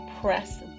Press